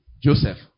Joseph